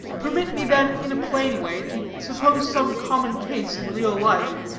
permit me, then, in a plain way, to suppose some common case in real life,